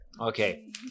Okay